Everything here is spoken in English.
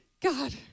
god